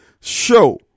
show